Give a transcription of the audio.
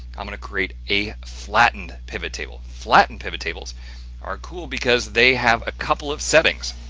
i'm going to create a flattened pivot table. flattened pivot tables are cool because they have a couple of settings